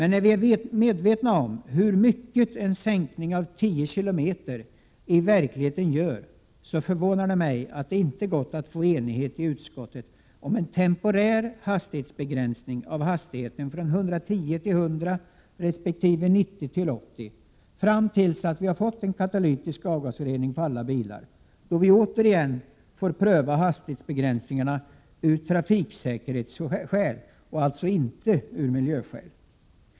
När vi är medvetna om hur mycket en sänkning av hastigheten med 10 kilometer i timmen verkligen innebär, förvånar det mig att det inte gått att få enighet i utskottet om temporär hastighetsbegränsning från 110 till 100 resp. 90 till 80 kilometer till dess att vi fått katalytisk avgasrening på alla bilar. Då skall vi pröva hastighetsbegränsningarna av trafiksäkerhetsskäl och ej av miljöskäl.